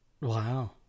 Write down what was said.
wow